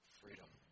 freedom